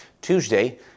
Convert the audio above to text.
Tuesday